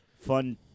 Fun